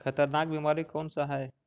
खतरनाक बीमारी कौन सा है?